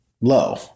low